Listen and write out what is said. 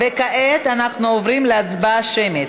כעת אנחנו עוברים להצבעה השמית.